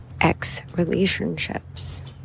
ex-relationships